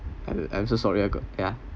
I'm I'm so sorry I got yeah